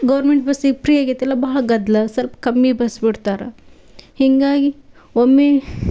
government ಬಸ್ಸಿಗೆ free ಆಗೈತಲ್ಲ ಬಹಳ ಗದ್ದಲ ಸ್ವಲ್ಪ ಕಮ್ಮಿ ಬಸ್ ಬಿಡ್ತಾರೆ ಹೀಗಾಗಿ ಒಮ್ಮೆ